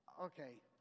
Okay